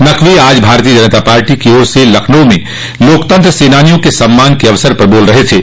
नकवी आज भारतीय जनता पार्टी की ओर से लखनऊ में लोकतंत्र सेनानियों के सम्मान के अवसर पर बोल रहे थे